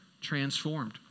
transformed